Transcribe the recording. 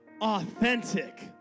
authentic